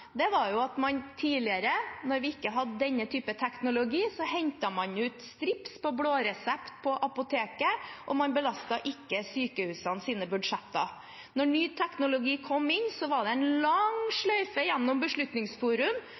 var at man tidligere, da vi ikke hadde denne typen teknologi, hentet ut strips på blå resept på apoteket, og man belastet ikke sykehusenes budsjetter. Da ny teknologi kom inn, gikk den forrige regjeringen en lang sløyfe gjennom Beslutningsforum